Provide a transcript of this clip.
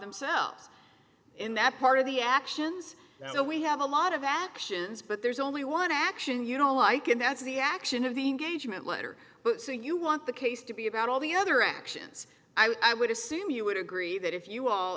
themselves in that part of the actions so we have a lot of actions but there's only one action you know i can that's the action of the engagement letter but so you want the case to be about all the other actions i would assume you would agree that if you all